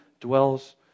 dwells